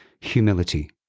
humility